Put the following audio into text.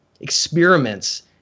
experiments